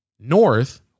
North